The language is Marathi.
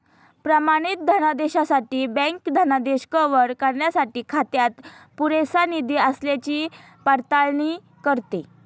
प्रमाणित धनादेशासाठी बँक धनादेश कव्हर करण्यासाठी खात्यात पुरेसा निधी असल्याची पडताळणी करते